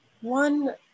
one